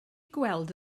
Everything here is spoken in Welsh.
gweld